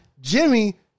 Jimmy